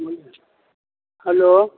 hello